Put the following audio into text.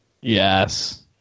Yes